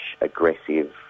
aggressive